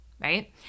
right